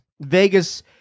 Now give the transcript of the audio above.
vegas